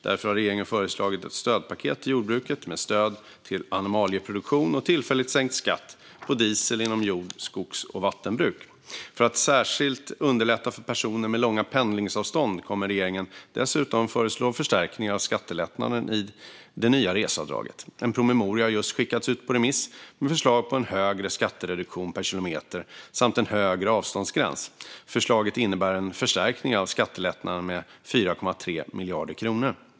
Därför har regeringen föreslagit ett stödpaket till jordbruket med stöd till animalieproduktionen och tillfälligt sänkt skatt på diesel inom jord, skogs och vattenbruk. För att särskilt underlätta för personer med långa pendlingsavstånd kommer regeringen dessutom att föreslå förstärkningar av skattelättnaden i det nya reseavdraget. En promemoria har just skickats ut på remiss med förslag på en högre skattereduktion per kilometer samt en högre övre avståndsgräns. Förslaget innebär en förstärkning av skattelättnaden med 4,3 miljarder kronor.